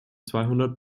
zweihundert